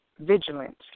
vigilant